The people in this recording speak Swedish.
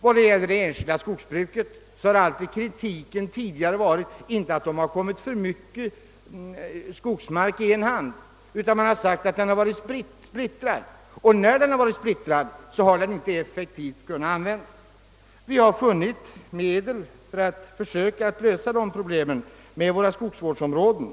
Vad beträffar det enskilda skogsbruket har kritiken tidigare alltid gällt, inte att det har kommit för mycket skogsmark i en hand, utan att skogsinnehavet har varit splittrat och därför inte kunnat användas effektivt. Vi har funnit ett medel för att försöka lösa detta problem genom våra skogsvårdsområden.